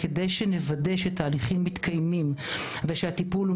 כדי שנוודא שתהליכים מתקיימים ושהטיפול הוא